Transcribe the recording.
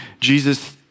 Jesus